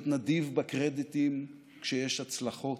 להיות נדיב בקרדיטים כשיש הצלחות.